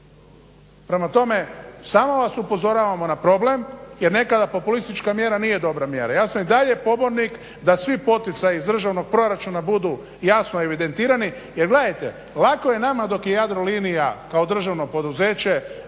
Prema tome, samo vas upozoravamo na problem jer nekada populistička mjera nije dobra mjera. Ja sam i dalje pobornik da svi poticaji iz državnog proračuna budu jasno evidentirani jer gledajte, lako je nama dok je Jadrolinija kao državno poduzeće